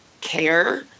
care